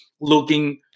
looking